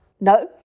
No